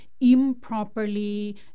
improperly